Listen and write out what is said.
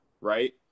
right